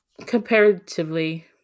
comparatively